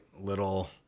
little